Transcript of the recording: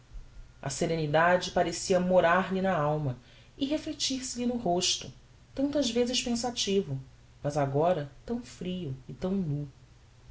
a serenidade parecia morar lhe na alma e reflectir se lhe no rosto tantas vezes pensativo mas agora tão frio e tão nú